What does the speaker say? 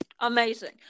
amazing